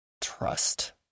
trust